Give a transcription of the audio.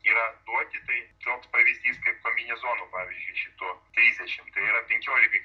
yra duoti tai toks pavyzdys kaip kombinezonų pavyzdžiui šitų trisdešimt tai yra penkiolikai